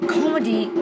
comedy